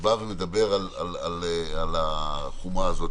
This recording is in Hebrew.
בא ומדבר על החומרה הזאת.